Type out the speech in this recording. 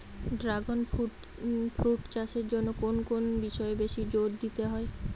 Dragon fruit চাষের জন্য কোন কোন বিষয়ে বেশি জোর দিতে হয়?